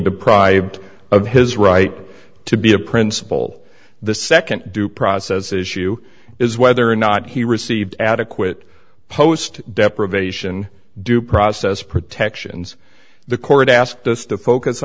deprived of his right to be a principal the second due process issue is whether or not he received adequate post deprivation due process protections the court asked us to focus